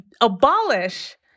abolish